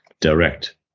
direct